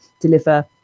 deliver